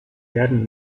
werden